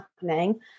happening